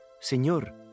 Señor